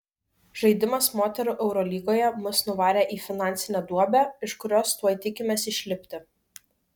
žaidimas moterų eurolygoje mus nuvarė į finansinę duobę iš kurios tuoj tikimės išlipti